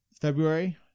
February